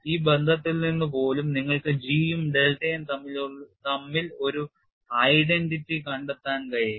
ഈ ബന്ധത്തിൽ നിന്ന് പോലും നിങ്ങൾക്ക് G യും ഡെൽറ്റയും തമ്മിൽ ഒരു ഐഡന്റിറ്റി കണ്ടെത്താൻ കഴിയും